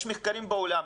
יש מחקרים בעולם.